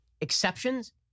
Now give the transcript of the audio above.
exceptions